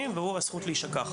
אני אוהב מדידה,